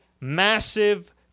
massive